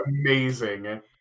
amazing